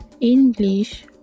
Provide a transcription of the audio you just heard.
English